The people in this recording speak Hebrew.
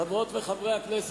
חברות וחברי הכנסת,